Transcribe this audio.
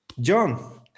John